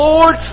Lord